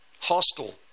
hostile